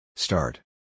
Start